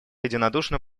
единодушно